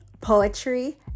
Poetry